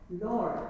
Lord